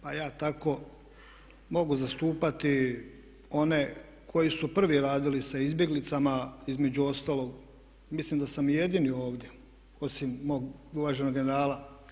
Pa ja tako mogu zastupati one koji su prvi radili sa izbjeglicama, između ostalog, mislim da sam i jedini ovdje osim mog uvaženog generala.